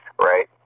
right